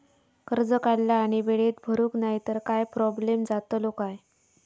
कर्ज काढला आणि वेळेत भरुक नाय तर काय प्रोब्लेम जातलो काय?